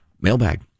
Mailbag